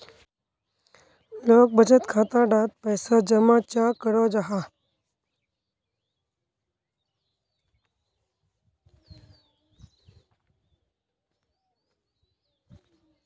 लोग बचत खाता डात पैसा जमा चाँ करो जाहा?